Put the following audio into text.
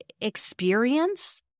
experience